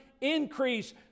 increase